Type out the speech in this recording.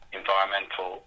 environmental